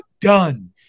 done